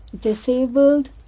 disabled